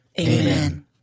Amen